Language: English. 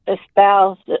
espoused